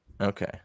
Okay